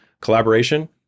collaboration